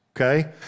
okay